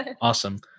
awesome